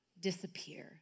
disappear